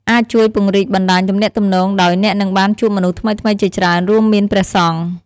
អាចជួយពង្រីកបណ្ដាញទំនាក់ទំនងដោយ អ្នកនឹងបានជួបមនុស្សថ្មីៗជាច្រើន រួមមានព្រះសង្ឃ ។